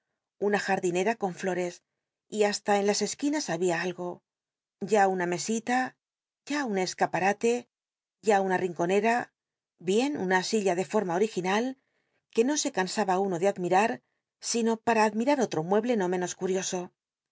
una jardinem con fioes y hasta en las esquinas había atc ya una l'inalgó ya una mesita ya un escapaj coneni bien una silla de forma original iic no se oi po cansaba uno de admirar sino para admi ra mueble no menos cjuioso